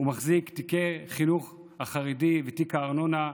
ומחזיק תיק החינוך החרדי ותיק הארנונה,